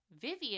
Vivian